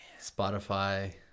Spotify